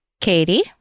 Katie